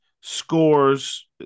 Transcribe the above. scores